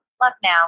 Lucknow